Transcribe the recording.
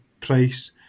price